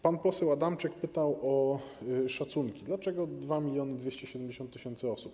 Pan poseł Adamczyk pytał o szacunki, dlaczego 2270 tys. osób.